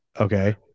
okay